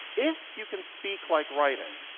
if you can speak like writing,